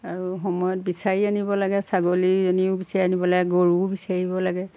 আৰু সময়ত বিচাৰি আনিব লাগে ছাগলীজনীও বিচাৰি আনিব লাগে গৰুও বিচাৰিব লাগে